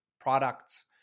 products